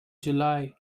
july